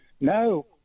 no